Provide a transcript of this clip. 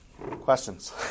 Questions